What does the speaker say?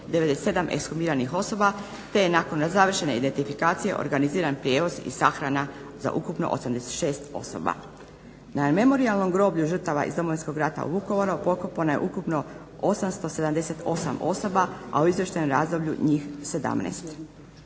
97 ekshumiranih osoba te je nakon završene identifikacije organiziran prijevoz i sahrana za ukupno 86 osoba. Ma Memorijalnom groblju žrtava iz Domovinskog rata u Vukovaru pokopano je ukupno 878 osoba, a u izvještajnom razdoblju njih 17.